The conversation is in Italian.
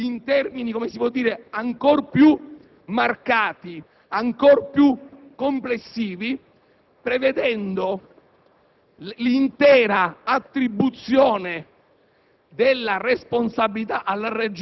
che riproponeva la questione in termini, per così dire, ancor più marcati e complessivi, prevedendo l'intera attribuzione